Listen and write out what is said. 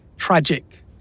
tragic